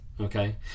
okay